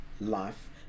life